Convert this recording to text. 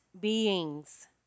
beings